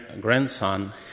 grandson